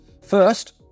First